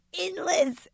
endless